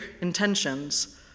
intentions